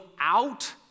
out